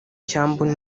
cyambu